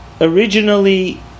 originally